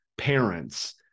parents